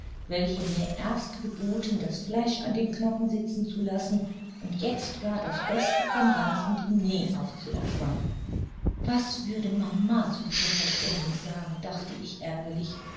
welche mir erst geboten das fleisch an den knochen sitzen zu lassen und jetzt gar das beste vom ganzen diner aufzuopfern was würde mama zu dieser verschwendung sagen dachte ich ärgerlich